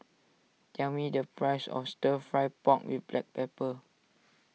tell me the price of Stir Fry Pork with Black Pepper